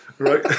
right